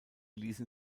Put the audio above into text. ließen